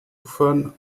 ufern